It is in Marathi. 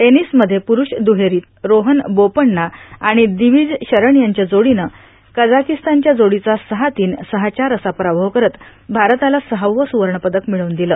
टेनिस मध्ये प्रुठेष द्रहेरीत रोहन बोपन्ना आणि दीविज शरण यांच्या जोडीनं कझाकिस्तानच्या जोडीचा सहा तीन सहा चार असा पराभव करत भारताला सहावं सुवर्ण पदक मिळवून दिलं